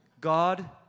God